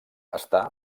està